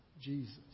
Jesus